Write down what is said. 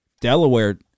Delaware